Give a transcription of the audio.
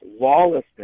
lawlessness